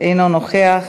אינו נוכח,